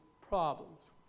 problems